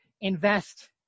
invest